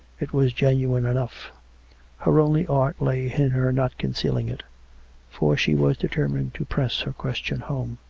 it was genuine enough her only art lay in her not concealing it for she was determined to press her question home.